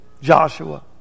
Joshua